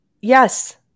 yes